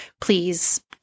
please